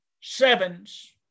sevens